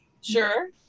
Sure